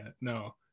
no